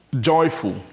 Joyful